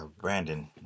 Brandon